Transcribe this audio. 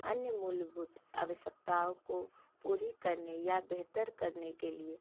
अन्य मूलभूत आवश्यकताओं को पूरी करने या बेहतर करने के लिए